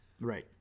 right